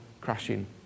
crashing